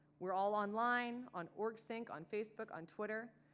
we're all online on orgsync, on facebook, on twitter.